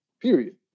period